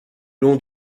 long